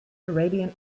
arabian